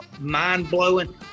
mind-blowing